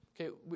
Okay